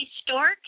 stork